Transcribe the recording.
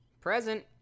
Present